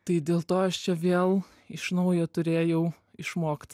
tai dėl to aš čia vėl iš naujo turėjau išmokt